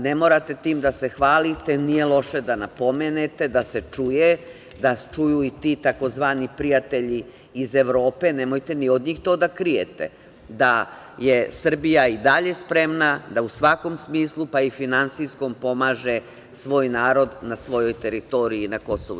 Ne morate time da se hvalite, nije loše da napomenete, da se čuje, da čuju i ti tzv. prijatelji iz Evrope, nemojte ni od njih to da krijete, da je Srbija i dalje spremna da u svakom smislu, pa i finansijskom pomaže svoj narod na svojoj teritoriji, na KiM.